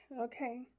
okay